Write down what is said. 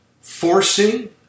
Forcing